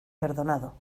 perdonado